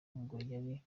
agambiriye